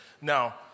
Now